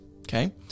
okay